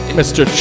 mr